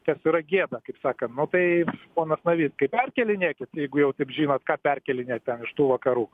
kas yra gėda kaip sakant nu tai ponas navickai perkėlinėkit jeigu jau taip žinot ką perkėlinėt ten iš tų vakarų